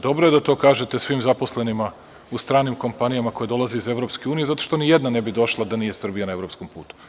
Dobro je da kažete svim zaposlenima u stranim kompanijama koje dolaze iz EU, zato što ni jedna ne bi došla da nije Srbija na evropskom putu.